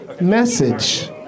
message